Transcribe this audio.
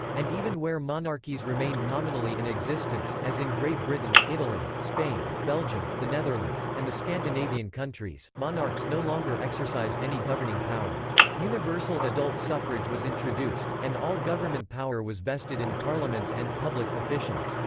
and even where monarchies remained nominally in existence, as in great britain, italy, spain, belgium, the netherlands, and the scandinavian countries, monarchs no longer exercised any governing power. universal adult suffrage was introduced, and all government power was vested in parliaments and public officials.